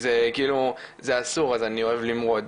זה אסור אז אני אוהב למרוד.